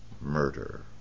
murder